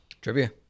Trivia